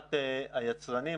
מבחינת היצרנים,